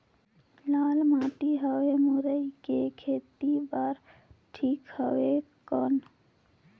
लाल माटी हवे मुरई के खेती बार ठीक हवे कौन?